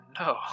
no